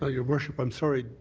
ah your worship, i'm sorry,